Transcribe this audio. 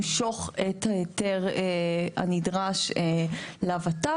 כן למשוך את ההיתר הנדרש לוות"ל,